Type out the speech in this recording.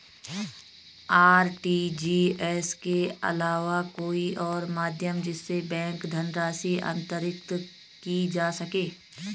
RTGS के अलावा कोई और माध्यम जिससे बैंक धनराशि अंतरित की जा सके?